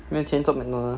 没有钱做 McDonald's